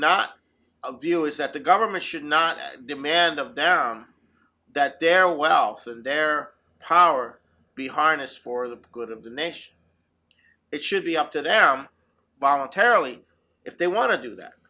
not a view is that the government should not demand of them that their wealth and their power be harnessed for the good of the nation it should be up to them voluntarily if they want to do that